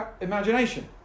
imagination